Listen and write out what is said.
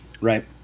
Right